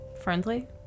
friendly